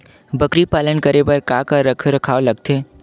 बकरी पालन करे बर काका रख रखाव लगथे?